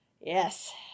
Yes